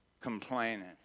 Complaining